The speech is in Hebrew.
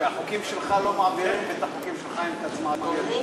שחוקים שלך לא מעבירים ואת החוקים של חיים כץ מעבירים.